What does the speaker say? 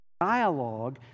dialogue